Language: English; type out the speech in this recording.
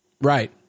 Right